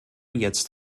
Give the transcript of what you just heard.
jetzt